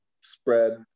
spread